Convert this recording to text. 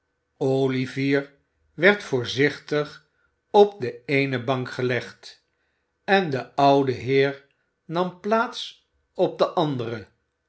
olivier werd voorzichtig op de eene bank gelegd en de oude heer nam plaats op de andere